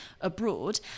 abroad